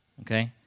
Okay